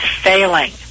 failing